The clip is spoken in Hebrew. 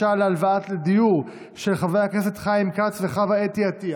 שבעה, נגד, חמישה, אין נמנעים.